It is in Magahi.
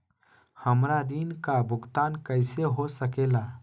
हमरा ऋण का भुगतान कैसे हो सके ला?